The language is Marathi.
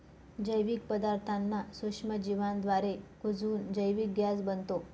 जैविक पदार्थांना सूक्ष्मजीवांद्वारे कुजवून जैविक गॅस बनतो